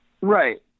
Right